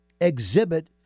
exhibit